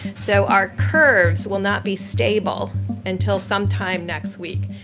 so our curves will not be stable until sometime next week.